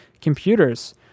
computers